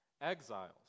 exiles